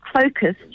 focused